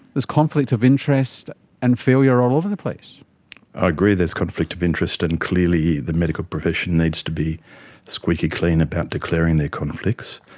there's conflict of interest and failure all over the place. i agree there's conflict of interest and clearly the medical profession needs to be squeaky clean about declaring their conflicts.